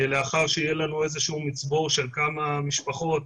לאחר שיהיה לנו מצבור של כמה משפחות,